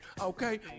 Okay